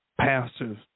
pastors